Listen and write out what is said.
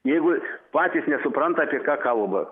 jeigu patys nesupranta apie ką kalba